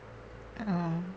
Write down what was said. oh